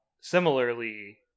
Similarly